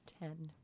Ten